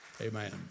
Amen